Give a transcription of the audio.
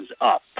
up